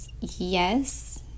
yes